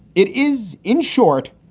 it is, in short,